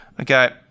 Okay